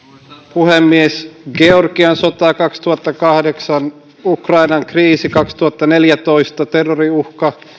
puhemies georgian sota kaksituhattakahdeksan ukrainan kriisi kaksituhattaneljätoista terroriuhka